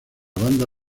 banda